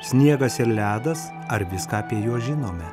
sniegas ir ledas ar viską apie juos žinome